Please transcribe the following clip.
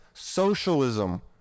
socialism